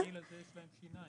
כמה אנשים בגיל הזה יש להם שיניים?